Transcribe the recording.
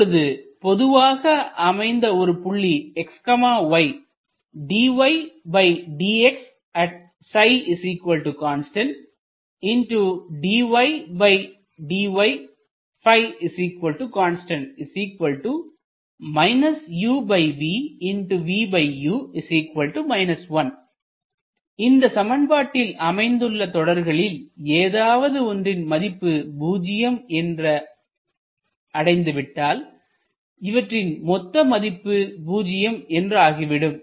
இப்பொழுது பொதுவாக அமைந்த ஒரு புள்ளி xy இந்த சமன்பாட்டில் அமைந்துள்ள தொடர்களில் ஏதாவது ஒன்றின் மதிப்பு பூஜ்யம் என்ற அடைந்துவிட்டால் இவற்றின் மொத்த மதிப்பு பூஜ்யம் என்று ஆகிவிடும்